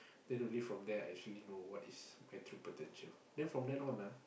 then only from there I actually know what is my true potential then from then on ah